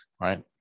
right